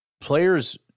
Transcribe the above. players